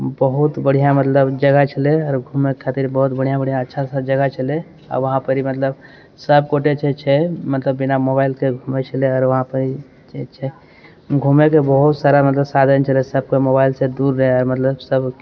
बहुत बढ़िआँ मतलब जगह छलै आओर घुमै खातिर बहुत बढ़िआँ बढ़िआँ अच्छा अच्छा जगह छलै आओर वहाँपरी मतलब सबगोटे जे छै मतलब बिना मोबाइलके घुमै छलै आओर वहाँपरी जे छै घुमैके बहुत सारा मतलब साधन छलै सबकोइ मोबाइलसँ दूर रहै मतलब सब